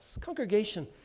Congregation